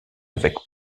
avec